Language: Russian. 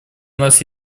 нас